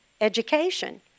education